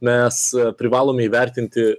mes privalome įvertinti